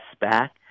back